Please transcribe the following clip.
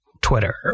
Twitter